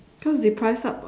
cause they price up [what]